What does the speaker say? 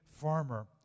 farmer